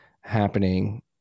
happening